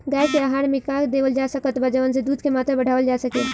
गाय के आहार मे का देवल जा सकत बा जवन से दूध के मात्रा बढ़ावल जा सके?